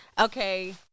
Okay